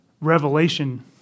Revelation